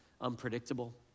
unpredictable